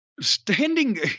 standing